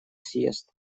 съезд